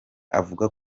avuga